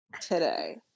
today